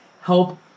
help